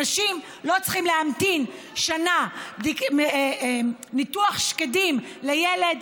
אנשים לא צריכים להמתין שנה; ניתוח שקדים לילד,